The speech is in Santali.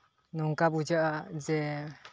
ᱱᱚᱝᱠᱟ ᱵᱩᱡᱷᱟᱹᱜᱼᱟ ᱡᱮ